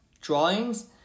drawings